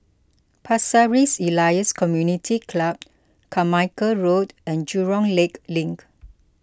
Pasir Ris Elias Community Club Carmichael Road and Jurong Lake Link